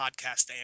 podcast